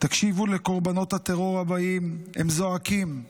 תקשיבו לקורבנות הטרור הבאים, הם זועקים.